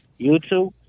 YouTube